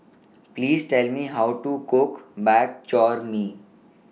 Please Tell Me How to Cook Bak Chor Mee